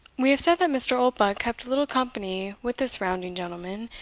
we have said that mr. oldbuck kept little company with the surrounding gentlemen,